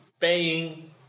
paying